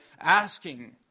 asking